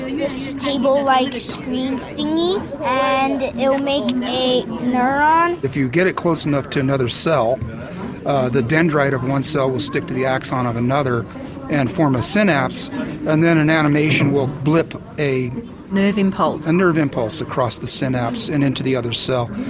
this table like screen thingy and it will make a neuron. if you get it close enough to another cell the dendrite of one cell will stick to the axon of another and form a synapse and then an animation will blip a. a nerve impulse. a nerve impulse across the synapse and into the other cell.